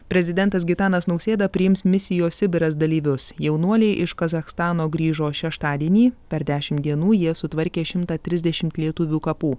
prezidentas gitanas nausėda priims misijos sibiras dalyvius jaunuoliai iš kazachstano grįžo šeštadienį per dešim dienų jie sutvarkė šimtą trisdešimt lietuvių kapų